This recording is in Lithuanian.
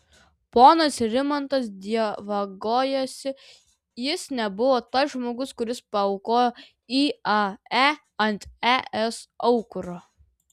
ponas rimantas dievagojasi jis nebuvo tas žmogus kuris paaukojo iae ant es aukuro